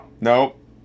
Nope